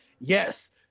yes